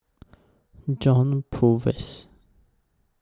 John Purvis